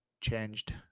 changed